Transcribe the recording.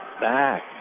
back